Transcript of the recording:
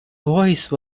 voice